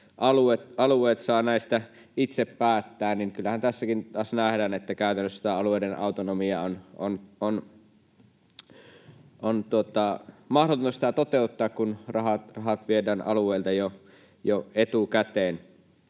alueet saavat näistä itse päättää, niin kyllähän tässäkin nyt taas nähdään, että käytännössä sitä alueiden autonomiaa on mahdotonta toteuttaa, kun rahat viedään alueilta jo etukäteen.